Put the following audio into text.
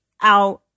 out